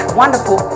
wonderful